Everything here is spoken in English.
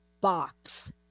box